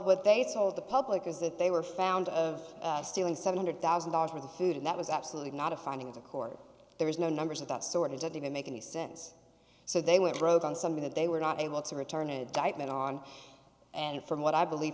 what they told the public is that they were found of stealing seven hundred thousand dollars worth of food and that was absolutely not a finding of the court there is no numbers of that so it doesn't even make any sense so they went broke on something that they were not able to return a diamond on and from what i believe